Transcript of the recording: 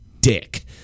dick